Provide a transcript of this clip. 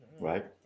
right